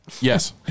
Yes